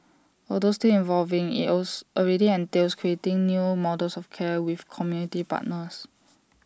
although still evolving else already entails creating new models of care with community partners